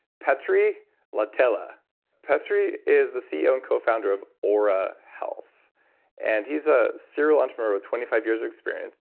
petteri lahtela. petteri is the ceo and co-founder of ah oura health and he's a series entrepreneur with twenty five years of experience.